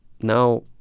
now